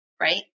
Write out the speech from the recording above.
right